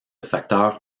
facteur